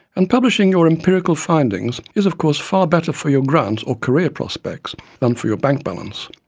and publishing your empirical findings is of course far better for your grant or career prospects than for your bank balance.